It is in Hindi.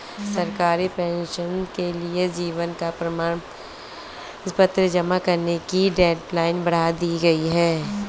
सरकारी पेंशनर्स के लिए जीवन प्रमाण पत्र जमा करने की डेडलाइन बढ़ा दी गई है